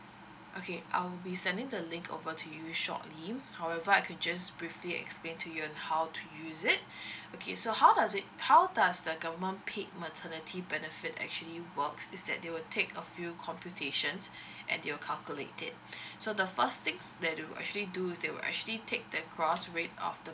okay I'll be sending the link over to you shortly however I can just briefly explain to you on how to use it okay so how does it how does the government paid maternity benefit actually works is that they will take a few computations and they'll calculate it so the first things they do actually do is that they will actually take that gross rate of the